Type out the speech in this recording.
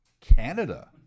Canada